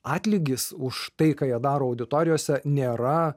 atlygis už tai ką jie daro auditorijose nėra